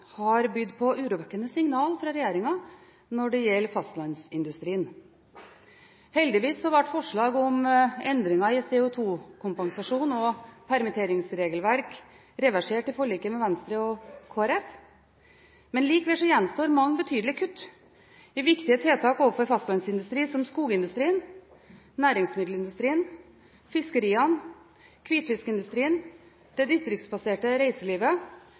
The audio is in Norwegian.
har bydd på urovekkende signal fra regjeringen når det gjelder fastlandsindustrien. Heldigvis ble forslaget om endringer i CO2-kompensasjon og permitteringsregelverk reversert i forliket med Venstre og Kristelig Folkeparti, men likevel gjenstår mange betydelige kutt i viktige tiltak overfor fastlandsindustri som skogindustrien, næringsmiddelindustrien, fiskeriene, hvitfiskindustrien, det distriktsbaserte reiselivet